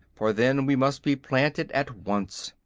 for then we must be planted at once.